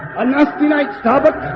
unless tonight's topic.